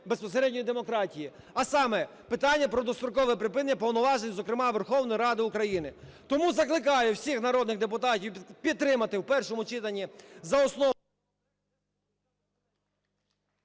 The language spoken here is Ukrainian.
безпосередньо демократії, а саме: питання про дострокове припинення повноважень, зокрема Верховної Ради України. Тому закликаю всіх народних депутатів підтримати в першому читані за основу…